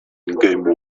game